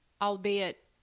albeit